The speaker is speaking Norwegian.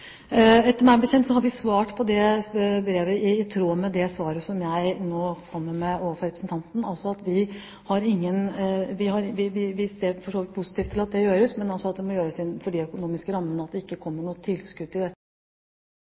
Meg bekjent har vi svart på det brevet i tråd med svaret jeg kommer med til representanten – altså at vi ser positivt på at det gjøres, men at det må gjøres innenfor de økonomiske rammene og at det ikke kommer noe tilskudd til dette.